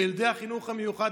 ילדי החינוך המיוחד,